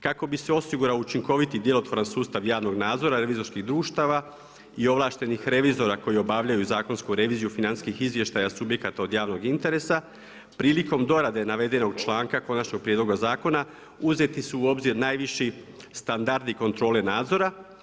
Kako bi se osigurao učinkovit i djelotvoran sustav javnog nadzora revizorskih društava i ovlaštenih revizora koji obavljaju zakonsku reviziju financijskih izvještaja subjekata od javnog interesa, prilikom dorade navedenog članka konačnog prijedloga zakona uzeti su u obzir najviši standardi kontrole nadzora.